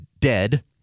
Dead